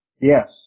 yes